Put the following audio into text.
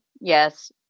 yes